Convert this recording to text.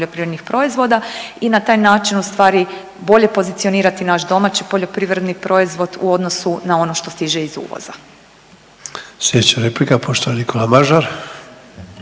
i na taj način ustvari bolje pozicionirati naš domaći poljoprivredni proizvod u odnosu na ono što stiže iz uvoza.